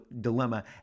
dilemma